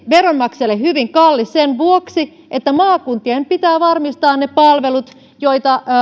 veronmaksajille hyvin kallis sen vuoksi että maakuntien pitää varmistaa ne palvelut joita